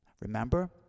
Remember